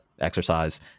exercise